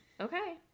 okay